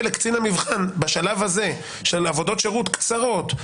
לקצין המבחן בשלב הזה של עבודות שירות קצרות,